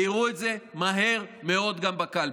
ויראו את זה מהר מאוד גם בקלפי.